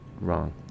wrong